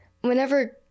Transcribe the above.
whenever